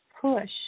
push